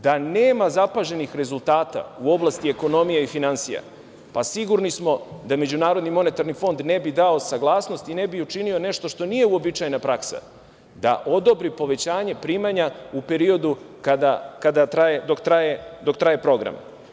Da nema zapaženih rezultata u oblasti ekonomije i finansija, pa sigurni smo da MMF ne bi dao saglasnost i ne bi učinio nešto što nije uobičajena praksa, da odobri povećanje primanja u periodu dok traje program.